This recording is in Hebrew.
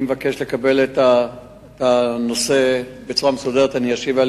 אני מבקש לקבל את הנושא בצורה מסודרת ואני אשיב,